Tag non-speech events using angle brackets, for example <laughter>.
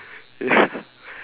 <laughs>